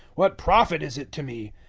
what profit is it to me?